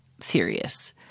serious